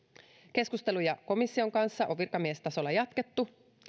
keskusteluja komission kanssa on virkamiestasolla jatkettu